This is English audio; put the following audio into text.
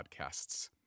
podcasts